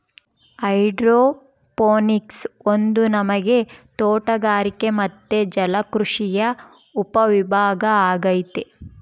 hydroponics ಒಂದು ನಮನೆ ತೋಟಗಾರಿಕೆ ಮತ್ತೆ ಜಲಕೃಷಿಯ ಉಪವಿಭಾಗ ಅಗೈತೆ